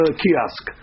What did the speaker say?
kiosk